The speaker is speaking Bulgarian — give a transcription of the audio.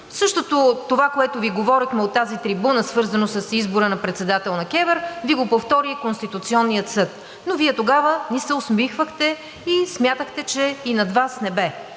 Същото това, което Ви говорехме от тази трибуна, свързано с избора на председател на КЕВР, Ви го повтори и Конституционният съд, но Вие тогава ни се усмихвахте и смятахте, че над Вас – небе!